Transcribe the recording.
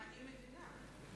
אני מבינה.